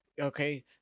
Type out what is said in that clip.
okay